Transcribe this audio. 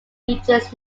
regions